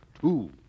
Two